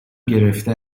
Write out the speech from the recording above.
گرفته